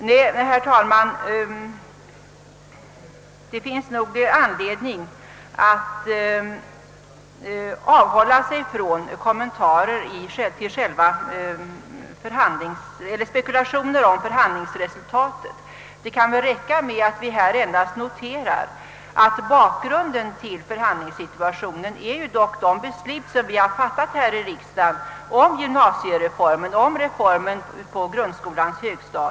Nej, herr talman, det finns nog anledning att avhålla sig från spekulationer om förhandlingsresultatet. Det kan väl räcka med att vi noterar att bakgrunden till förhandlingssituationen är de beslut vi har fattat här i riksdagen om reformer inom skolväsendet.